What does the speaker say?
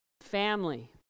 family